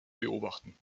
beobachten